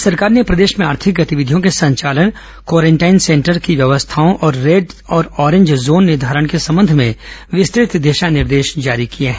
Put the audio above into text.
राज्य सरकार ने प्रदेश में आर्थिक गतिविधियों के संचालन क्वारेंटीन सेंटर्स की व्यवस्थाओं रेड और ऑरेंज जोन निर्धारण के संबंध में विस्तृत दिशा निर्देश जारी किए हैं